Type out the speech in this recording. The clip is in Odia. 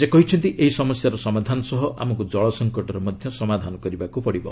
ସେ କହିଛନ୍ତି ଏହି ସମସ୍ୟାର ସମାଧାନ ସହ ଆମକୁ ଜଳ ସଂକଟର ମଧ୍ୟ ସମାଧାନ କରିବାକୁ ପଡ଼ିବ